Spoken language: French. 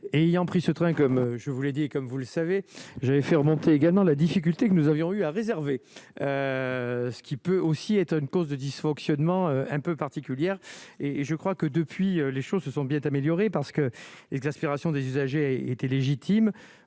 ayant pris ce train comme je vous l'ai dit et comme vous le savez, j'avais fait remonter également la difficulté que nous avions eu à réserver ce qui peut aussi être une cause de dysfonctionnement un peu particulière et je crois que depuis les choses se sont bien améliorées, parce que l'exaspération des usagers était légitime,